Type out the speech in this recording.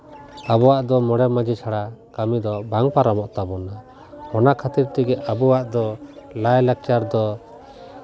ᱟᱵᱚᱣᱟᱜ ᱫᱚ ᱢᱚᱬᱮ ᱢᱟᱹᱡᱷᱤ ᱪᱷᱟᱲᱟ ᱠᱟᱹᱢᱤ ᱫᱚ ᱵᱟᱝ ᱯᱟᱨᱚᱢᱚᱜ ᱛᱟᱵᱚᱱᱟ ᱚᱱᱟ ᱠᱷᱟᱹᱛᱤᱨ ᱛᱮᱜᱮ ᱟᱵᱚᱣᱟᱜ ᱫᱚ ᱞᱟᱭᱼᱞᱟᱠᱪᱟᱨ ᱫᱚ